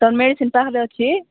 ତୁମ ମେଡିସିନ ତାହେଲେ ଅଛି